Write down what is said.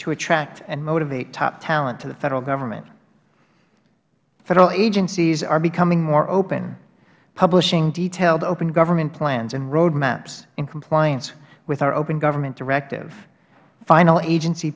to attract and motivate top talent to the federal government federal agencies are becoming more open publishing detailed open government plans and road maps in compliance with our open government directive final agency